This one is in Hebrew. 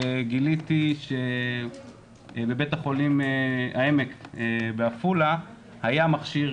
גיליתי שבבית החולים העמק בעפולה היה מכשיר